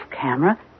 camera